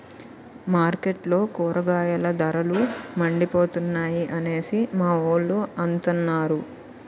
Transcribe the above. మార్కెట్లో కూరగాయల ధరలు మండిపోతున్నాయి అనేసి మావోలు అంతన్నారు